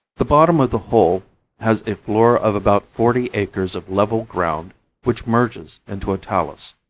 the bottom of the hole has a floor of about forty acres of level ground which merges into a talus.